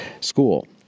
school